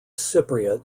cypriot